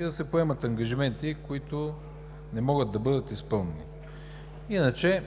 и да се поемат ангажименти, които не могат да бъдат изпълнени. Иначе